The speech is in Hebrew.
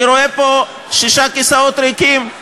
אני רואה פה שישה כיסאות ריקים.